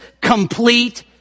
complete